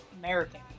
American